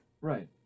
right